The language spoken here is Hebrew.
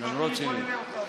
למרות שאתה ש"ס,